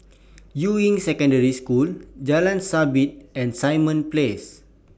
Yuying Secondary School Jalan Sabit and Simon Place